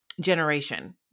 generation